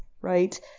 right